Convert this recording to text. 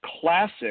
Classic